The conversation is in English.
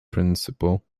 principle